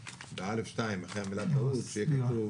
ב-(א2) שיהיה כתוב